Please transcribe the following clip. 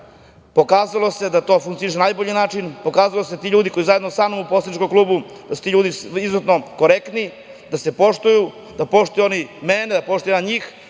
Pokazalo se da to funkcioniše na najbolji način, pokazalo se da su ti ljudi koji su zajedno sa mnom u poslaničkom klubu izuzetno korektni, da se poštuju, da poštuju oni mene, da poštujem ja njih,